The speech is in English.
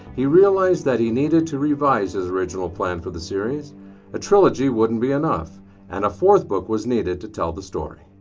he realized that he needed to revise his original plan for the series a trilogy wouldn't be enough and a fourth book was needed to tell the story.